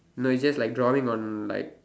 no is just like drawing on like